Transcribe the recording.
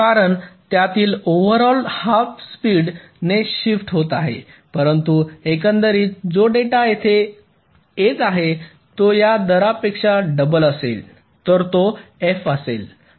कारण त्यातील overall half speed ने शिफ्ट होत आहे परंतु एकंदरीत जो डेटा येत आहे तो या दरापेक्षा डबल असेल तर तो f असेल